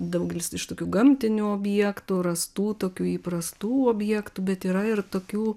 daugelis iš tokių gamtinių objektų rastų tokių įprastų objektų bet yra ir tokių